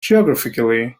geographically